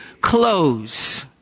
close